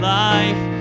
life